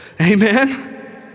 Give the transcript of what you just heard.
Amen